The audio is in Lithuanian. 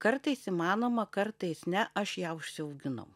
kartais įmanoma kartais ne aš ją užsiauginau